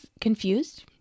confused